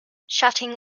shutting